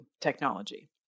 technology